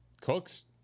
Cooks